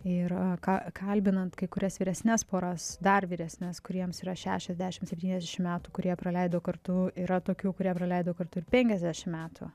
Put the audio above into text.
ir ka kalbinant kai kurias vyresnes poras dar vyresnes kuriems yra šešiasdešimt septyniasdešimt metų kurie praleido kartu yra tokių kurie praleido kartu ir penkiasdešimt metų